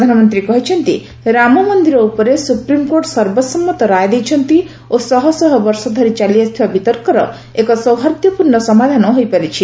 ପ୍ରଧାନମନ୍ତ୍ରୀ କହିଛନ୍ତି ରାମ ମନ୍ଦିର ଉପରେ ସୁପ୍ରିମକୋର୍ଟ ସର୍ବସମ୍ମତ ରାୟ ଦେଇଛନ୍ତି ଓ ଶହଶହ ବର୍ଷ ଧରି ଚାଲିଆସିଥିବା ବିତର୍କର ଏକ ସୌହାର୍ଦ୍ଦ୍ୟପୂର୍ଣ୍ଣ ସମାଧାନ ହୋଇପାରିଛି